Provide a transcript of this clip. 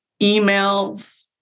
emails